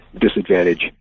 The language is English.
disadvantage